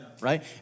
right